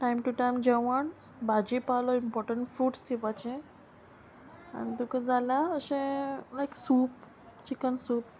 time to time जेवण भाजी पावलो इम्पोर्टंट फूड्स दिवपाचे आनी तुका जाला अशें लायक सुप चिकन सुप